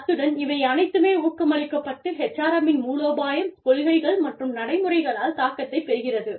அத்துடன் இவை அனைத்துமே ஊக்கமளிக்கப்பட்டு HRM -இன் மூலோபாயம் கொள்கைகள் மற்றும் நடைமுறைகளால் தாக்கத்தைப் பெறுகிறது